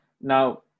Now